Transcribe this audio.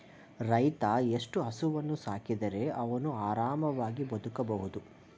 ರೈತ ಎಷ್ಟು ಹಸುವನ್ನು ಸಾಕಿದರೆ ಅವನು ಆರಾಮವಾಗಿ ಬದುಕಬಹುದು?